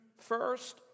First